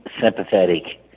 sympathetic